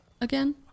again